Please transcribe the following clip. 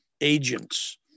agents